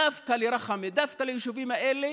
דווקא לרחמה, דווקא ליישובים האלה